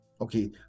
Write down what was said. Okay